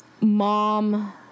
mom